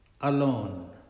Alone